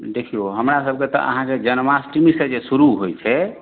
देखियौ हमरा सबके तऽ अहाँके जन्माष्टमीसँ जे शुरू होइत छै